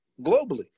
globally